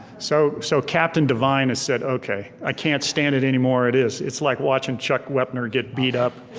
so so captain devine has said okay, i can't stand it anymore, it is, it's like watching chuck wepner get beat up.